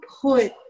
put